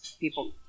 people